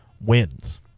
wins